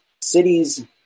cities